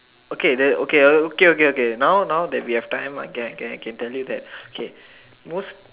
okay the okay okay okay okay now now that we have time I can I can I can tell you that okay most